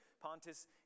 Pontus